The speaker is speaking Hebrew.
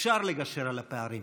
אפשר לגשר על הפערים,